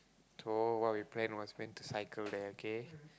so what we plan was went to cycle there K